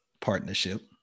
partnership